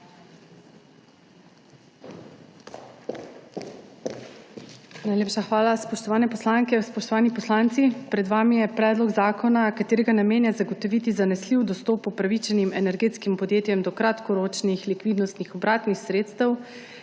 Hvala. Spoštovane poslanke in poslanci! Pred vami je predlog zakona, katerega namen je zagotoviti zanesljiv dostop upravičenim energetskim podjetjem do kratkoročnih likvidnostnih obratnih sredstev,